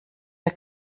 der